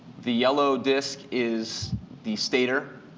the yellow disc is the stater,